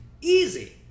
Easy